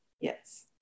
Yes